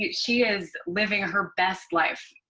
she is living her best life.